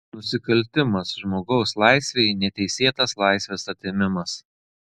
nusikaltimas žmogaus laisvei neteisėtas laisvės atėmimas